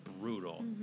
brutal